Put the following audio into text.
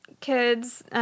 kids